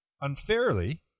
Unfairly